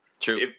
True